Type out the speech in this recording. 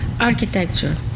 architecture